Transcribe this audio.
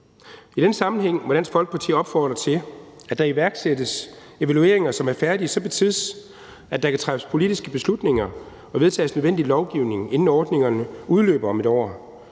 I den sammenhæng må Dansk Folkeparti opfordre til, at der iværksættes evalueringer, som er færdige så betids, at der kan træffes politiske beslutninger og vedtages nødvendig lovgivning, inden ordningerne udløber om 1 år.